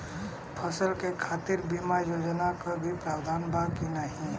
फसल के खातीर बिमा योजना क भी प्रवाधान बा की नाही?